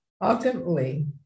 Ultimately